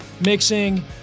mixing